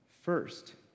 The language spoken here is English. first